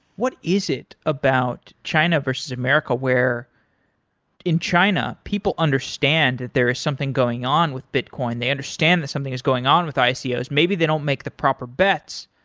what is it about china versus america where in china people understand that there is something going on with bitcoin. they understand that something is going on with icos. yeah ah maybe they don't make the proper bets.